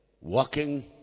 Walking